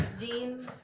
jeans